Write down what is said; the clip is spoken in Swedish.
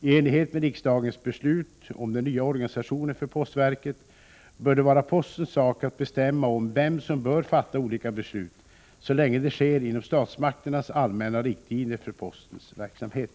I enlighet med riksdagens beslut om den nya organisationen för postverket, bör det vara postens sak att bestämma om vem som bör fatta olika beslut så länge det sker inom statsmakternas allmänna riktlinjer för postens verksamhet.